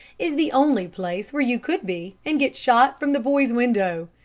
is the only place where you could be and get shot from the boy's window.